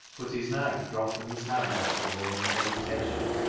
but his knife dropped from his hand after a moment's hesitation,